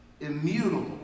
immutable